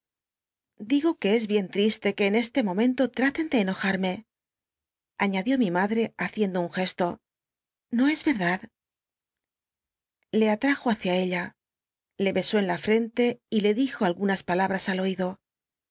digo que es bien triste que en este momento traten de enojarme añadió mi madre haciendo un gesto n o es ycrdad le atrajo hticia ella le besó en la rrcnlc y le dijo algunas palabras al oido